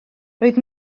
roedd